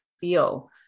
feel